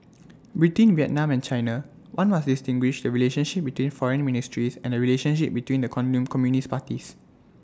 between Vietnam and China one must distinguish the relationship between foreign ministries and the relationship between the communist parties